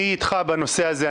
אני איתך בנושא הזה.